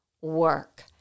work